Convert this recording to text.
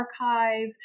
archive